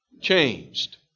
changed